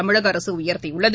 தமிழக அரசு உயர்த்தியுள்ளது